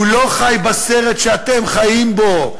הוא לא חי בסרט שאתם חיים בו,